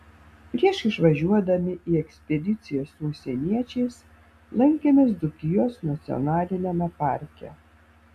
prieš išvažiuodami į ekspediciją su užsieniečiais lankėmės dzūkijos nacionaliniame parke